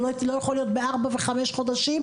זה לא יכול להיות בארבעה או חמישה חודשים,